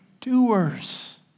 doers